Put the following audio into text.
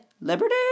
liberty